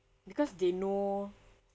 because they know